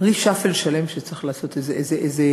reshuffle שלם שצריך לעשות, איזה